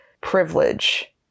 privilege